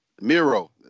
Miro